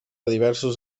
diversos